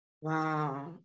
Wow